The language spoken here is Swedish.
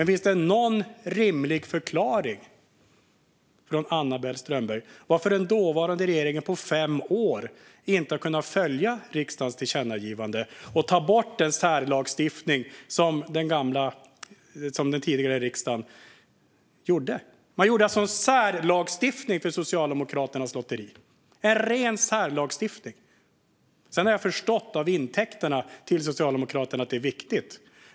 Finns det någon rimlig förklaring, Anna-Belle Strömberg, varför den dåvarande regeringen på fem år inte har kunnat följa riksdagens tillkännagivande och ta bort den särlagstiftning som den tidigare riksdagen hade beslutat om? Man gjorde alltså en särlagstiftning för Socialdemokraternas lotteri. Det var en ren särlagstiftning. Sedan har jag förstått att detta var viktigt för intäkterna till Socialdemokraterna.